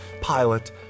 pilot